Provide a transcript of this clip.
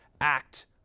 act